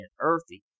earthy